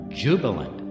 jubilant